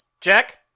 jack